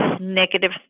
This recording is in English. negative